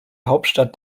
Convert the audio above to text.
hauptstadt